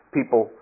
People